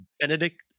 Benedict